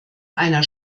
einer